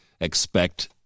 Expect